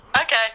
Okay